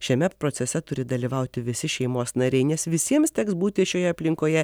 šiame procese turi dalyvauti visi šeimos nariai nes visiems teks būti šioje aplinkoje